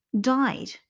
died